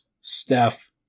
Steph